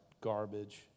garbage